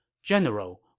General